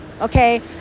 okay